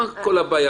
על יעקב.